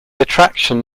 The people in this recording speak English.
attraction